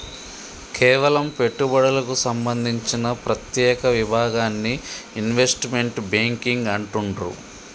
కేవలం పెట్టుబడులకు సంబంధించిన ప్రత్యేక విభాగాన్ని ఇన్వెస్ట్మెంట్ బ్యేంకింగ్ అంటుండ్రు